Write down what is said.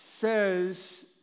says